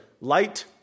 Light